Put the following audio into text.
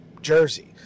jersey